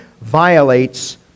violates